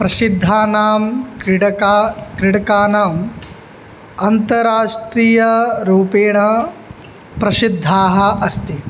प्रसिद्धानां क्रीडका क्रीडकनाम् अन्तराष्ट्रीयरूपेण प्रसिद्धाः अस्ति